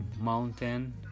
mountain